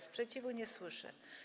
Sprzeciwu nie słyszę.